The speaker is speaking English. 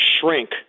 shrink